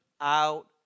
out